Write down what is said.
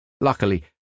Luckily